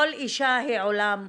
כל אישה היא עולם ומלואו,